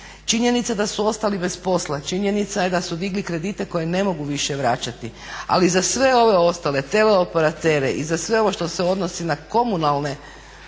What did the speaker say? Činjenica da su ostali bez posla, činjenica je da su digli kredite koje ne mogu više vraćati, ali za sve ostale teleoperatere i za sve ovo što se odnosi na komunalne